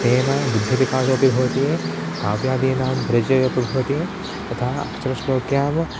तेन बुद्धिविकासोऽपि भवति काव्यादीनां परिचयोऽपि भवति यथा अक्षरश्लोक्यां